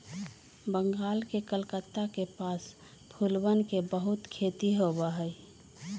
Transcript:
बंगाल के कलकत्ता के पास फूलवन के बहुत खेती होबा हई